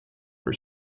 for